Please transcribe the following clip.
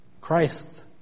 Christ